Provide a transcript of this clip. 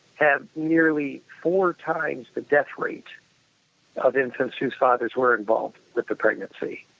have nearly four times the death rate of infants whose fathers were involved with the pregnancy.